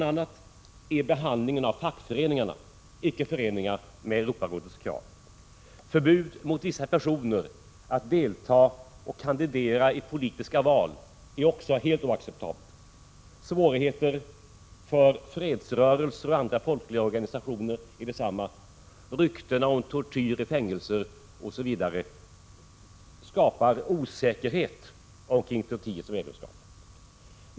a. är behandlingen av fackföreningarna icke förenlig med Europarådets krav. Förbud för vissa personer att delta och kandidera i politiska val är också helt oacceptabelt. Beträffande svårigheter för fredsrörelser och andra folkrörelseorganisationer gäller detsamma. Ryktena om tortyr i fängelser osv. skapar osäkerhet kring Turkiets medlemskap.